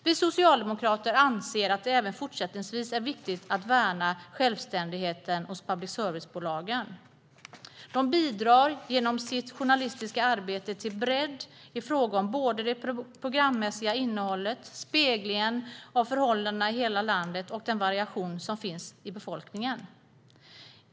Vi socialdemokrater anser att det även fortsättningsvis är viktigt att värna självständigheten hos public service-bolagen. De bidrar genom sitt journalistiska arbete till bredd i fråga om det programmässiga innehållet, speglingen av förhållandena i hela landet och den variation som finns i befolkningen.